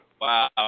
Wow